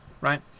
right